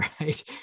right